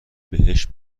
بهش